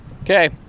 Okay